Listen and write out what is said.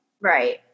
right